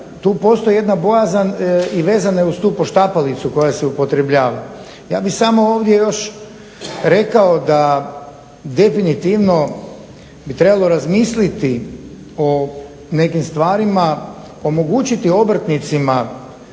tu postoji jedna bojazan i vezana je uz tu poštapalicu koja se upotrebljava. Ja bih samo ovdje još rekao da definitivno bi trebalo razmisliti o nekim stvarima, omogućiti obrtnicima